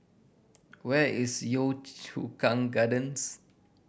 where is Yio Chu Kang Gardens